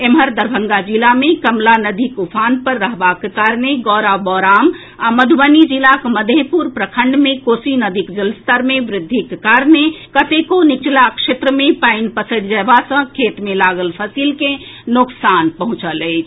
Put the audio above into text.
एम्हर दरभंगा जिला मे कमला नदीक उफान पर रहबाक कारणे गौड़ाबौराम आ मधुबनी जिलाक मधेपुर प्रखंड मे कोसी नदीक जलस्तर मे वृद्धिक कारणे कतेको निचला क्षेत्र मे पानि पसरि जएबाक सँ खेत मे लागल फसिल के नोकसान पहुंचल अछि